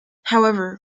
however